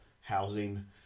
housing